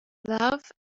love